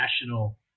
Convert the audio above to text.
national